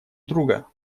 друга